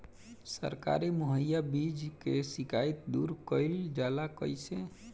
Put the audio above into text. सरकारी मुहैया बीज के शिकायत दूर कईल जाला कईसे?